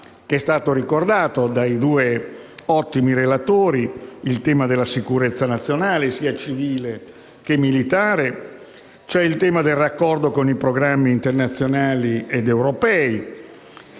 anche quello ricordato dai due ottimi relatori della sicurezza nazionale sia civile che militare; c'è il tema del raccordo con i programmi internazionali ed europei,